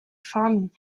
farming